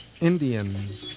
Indians